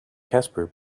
casper